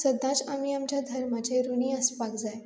सदांच आमी आमच्या धर्माचेर ऋणी आसपाक जाय